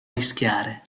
rischiare